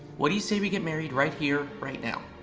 what do you say we get married right here, right now.